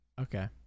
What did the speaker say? Okay